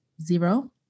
zero